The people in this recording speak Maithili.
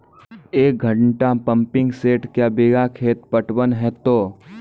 एक घंटा पंपिंग सेट क्या बीघा खेत पटवन है तो?